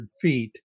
feet